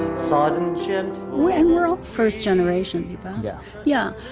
sudden shift when world first generation yeah yeah.